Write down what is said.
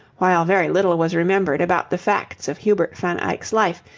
while very little was remembered about the facts of hubert van eyck's life,